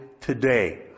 today